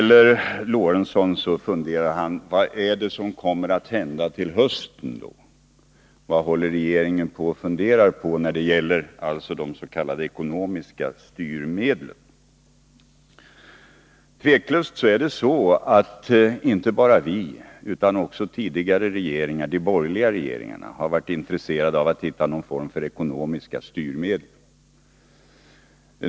Sven Eric Lorentzon undrar över vad som kommer att hända till hösten: Vad funderar regeringen på i fråga om de s.k. ekonomiska styrmedlen? Tveklöst är det så att inte bara vi utan även de tidigare, borgerliga regeringarna har varit intresserade av att hitta någon form för ekonomiska styrmedel.